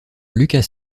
lucas